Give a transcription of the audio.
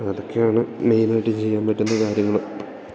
അതൊക്കെയാണ് മെയിനായിട്ട് ചെയ്യാൻ പറ്റുന്ന കാര്യങ്ങൾ